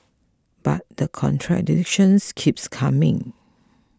but the contradiction keeps coming